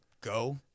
go